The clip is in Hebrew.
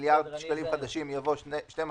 בפסקה (2)